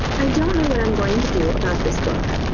i don't know what i'm going to do about this book,